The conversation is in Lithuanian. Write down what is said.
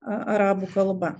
arabų kalba